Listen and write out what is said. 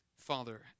Father